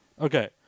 Okay